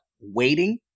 waiting